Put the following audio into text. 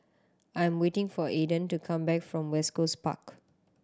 I am waiting for Aidyn to come back from West Coast Park